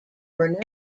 were